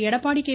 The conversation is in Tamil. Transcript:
எடப்பாடி கே